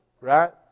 right